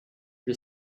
the